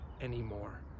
anymore